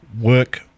work